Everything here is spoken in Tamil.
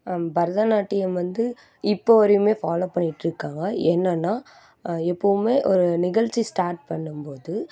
பரதநாட்டியம் வந்து இப்போ வரையுமே ஃபாலோ பண்ணிட்டுருக்காங்க என்னென்னா எப்போவுமே ஒரு நிகழ்ச்சி ஸ்டாட் பண்ணும்போது